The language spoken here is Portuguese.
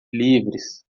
livres